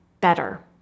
better